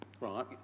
Right